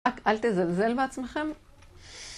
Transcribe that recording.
אל תזלזל בעצמכם.